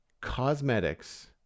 cosmetics